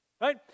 right